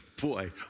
Boy